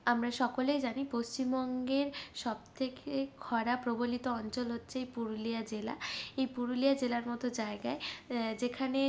আমরা সকলেই জানি পশ্চিমবঙ্গের সব থেকে খরা প্রবলিত অঞ্চল হচ্ছে এই পুরুলিয়া জেলা এই পুরুলিয়া জেলার মতো জায়গায় যেখানে